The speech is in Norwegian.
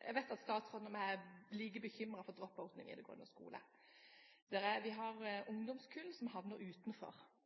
Jeg vet at statsråden og jeg er like bekymret for drop-outen i videregående skole. Vi har ungdomskull som havner utenfor.